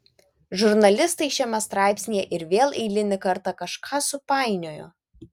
žurnalistai šiame straipsnyje ir vėl eilinį kartą kažką supainiojo